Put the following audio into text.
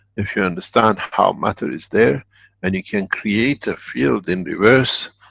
if you understand how matter is there and you can create a field in reverse,